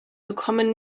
bekommen